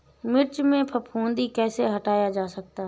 मिर्च में फफूंदी कैसे हटाया जा सकता है?